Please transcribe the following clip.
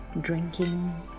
drinking